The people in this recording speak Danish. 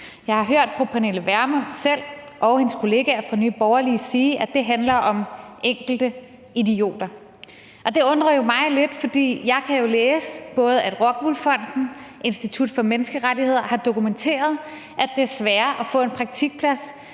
Jeg har hørt fru Pernille Vermund selv og hendes kolleger fra Nye Borgerlige sige, at det handler om enkelte idioter, og det undrer jo mig lidt, for jeg kan jo læse, at både Rockwool Fonden og Institut for Menneskerettigheder har dokumenteret, at det er sværere at få en praktikplads,